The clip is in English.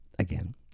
Again